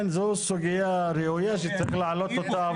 כן, זו סוגיה ראויה שצריך לעלות אותה.